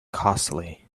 costly